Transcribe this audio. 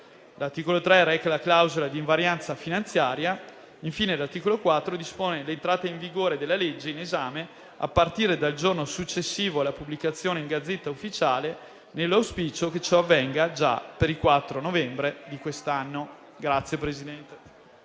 L'articolo 3 reca la clausola di invarianza finanziaria. Infine, l'articolo 4 dispone l'entrata in vigore della legge in esame a partire dal giorno successivo alla pubblicazione in *Gazzetta Ufficiale*, nell'auspicio che ciò avvenga già per il 4 novembre di quest'anno.